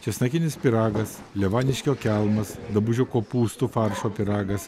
česnakinis pyragas levaniškio kelmas dabužių kopūstų faršo pyragas